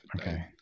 okay